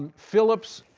phillips,